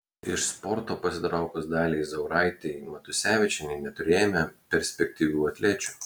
iš sporto pasitraukus daliai zauraitei matusevičienei neturėjome perspektyvių atlečių